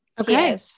Okay